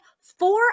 four